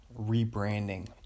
rebranding